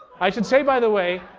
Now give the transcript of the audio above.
i should say, by the way,